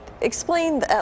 explain